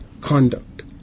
conduct